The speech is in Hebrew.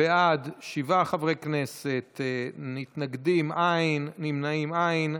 בעד, שבעה חברי כנסת, מתנגדים, אין, נמנעים, אין.